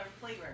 flavor